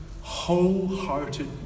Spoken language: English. wholehearted